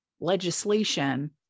legislation